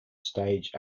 stage